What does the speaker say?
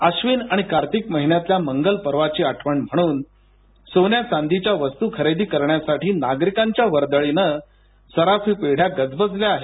आश्विन आणि कार्तिक महिन्यातल्या मंगलपर्वाची आठवण म्हणून सोन्या चांदीच्या वस्तू खरेदी करण्यासाठी नागरिकांच्या वर्दळीनं सराफी पेढ्या गजबजल्या आहेत